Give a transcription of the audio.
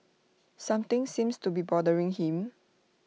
something seems to be bothering him